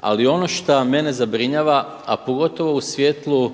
Ali ono šta mene zabrinjava a pogotovo u svjetlu